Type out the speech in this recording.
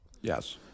Yes